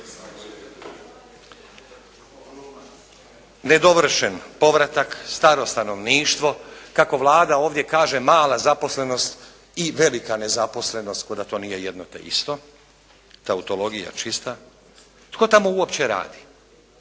Nedovršen povratak, staro stanovništvo, kako Vlada ovdje kaže mala nezaposlenost i velika nezaposlenost kao da to nije jedno te isto, tautologija čista. Tko tamo uopće radi?